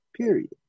period